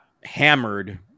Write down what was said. hammered